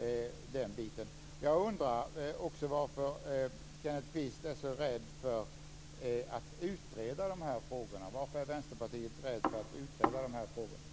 i det sammanhanget. Jag undrar också varför Kenneth Kvist och Vänsterpartiet är så rädda för att utreda de här frågorna.